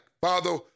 Father